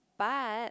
but